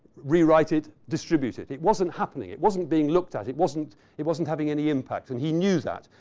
rewrite it, distribute it. it wasn't happening. it wasn't being looked at. it wasn't it wasn't having any impact and he knew that.